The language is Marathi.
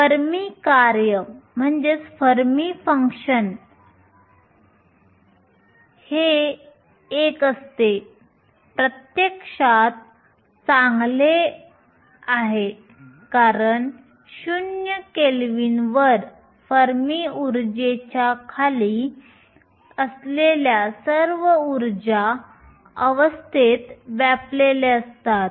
फर्मी कार्य हे 1 असते हे प्रत्यक्षात चांगले आहे कारण 0 केल्विनवर फर्मी उर्जेच्या खाली असलेल्या सर्व ऊर्जा अवस्थेत व्यापलेले असतात